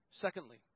Secondly